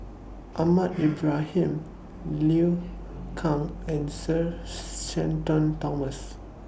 Ahmad Ibrahim Liu Kang and Sir Shenton Thomas